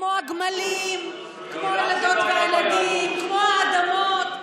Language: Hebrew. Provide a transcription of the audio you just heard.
כמו הגמלים, כמו הילדות והילדים, כמו האדמות.